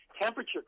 temperature